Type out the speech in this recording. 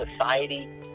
society